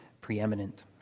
preeminent